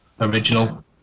original